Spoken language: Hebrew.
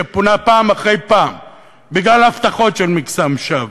שפונה פעם אחרי פעם בגלל הבטחות של מקסם שווא.